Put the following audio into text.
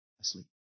asleep